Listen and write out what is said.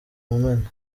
mumena